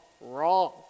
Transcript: Wrong